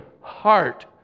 heart